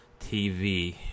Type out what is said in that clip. TV